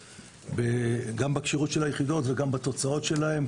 גם בכשירות היחידות וגם בתוצאות שלהן,